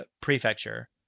Prefecture